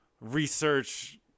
research